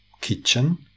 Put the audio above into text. kitchen